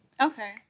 Okay